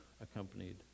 accompanied